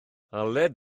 aled